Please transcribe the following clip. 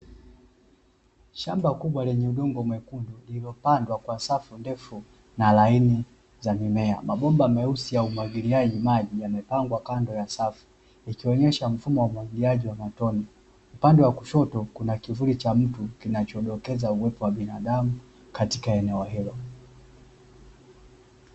Shamba kubwa lenye udongo mwekundu zilizopangwa kwa safu ndefu mabomba meusi ya umwagiliaji yamepangwa kando ya safu yakifanya umwagiliaji wa matone huku upande wa kushoto kuna kivuli ikidokeza kuna uwepo wa binadamu